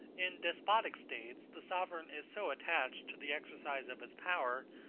in despotic states the sovereign is so attached to the exercise of his power,